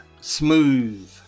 smooth